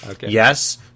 Yes